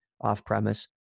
off-premise